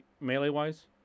melee-wise